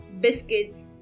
biscuits